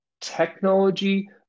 technology